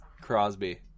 Crosby